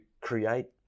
create